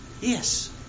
yes